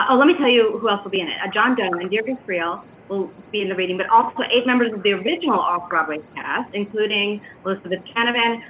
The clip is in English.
ah let me tell you who else will be in it. john doman, and and and dierdre friel will be in the reading, but also eight members of the original off-broadway cast, including elizabeth canavan,